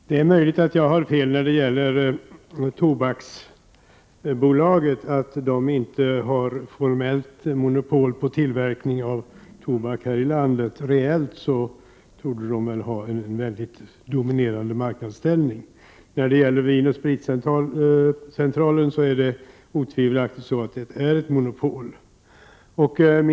Herr talman! Det är möjligt att jag har fel när det gäller Tobaksbolaget och att det inte formellt har monopol på tillverkningen av tobak här i landet. Reellt torde Tobaksbolaget ha en mycket dominerande marknadsställning. När det gäller Vin & Spritcentralen är det otvivelaktigt så att det är ett monopol.